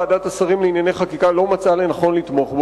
ועדת השרים לענייני חקיקה לא מצאה לנכון לתמוך.